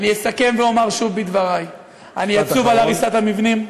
אסכם ואומר שוב בדברי: אני עצוב על הריסת המבנים,